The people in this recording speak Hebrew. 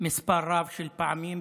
מספר רב של פעמים.